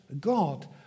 God